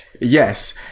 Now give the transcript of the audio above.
Yes